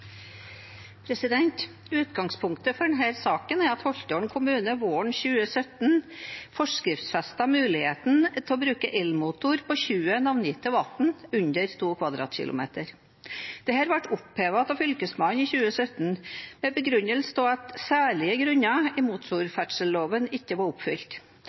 minutter. Utgangspunktet for denne saken er at Holtålen kommune våren 2017 forskriftsfestet muligheten til å bruke elmotor på 20 navngitte vann på under 2 km 2 . Dette ble opphevet av fylkesmannen i 2017 med begrunnelse at særlige grunner i motorferdselloven ikke var oppfylt.